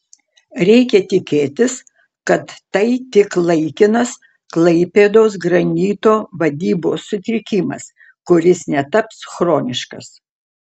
reikia tikėtis kad tai tik laikinas klaipėdos granito vadybos sutrikimas kuris netaps chroniškas